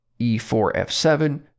E4F7